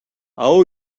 aho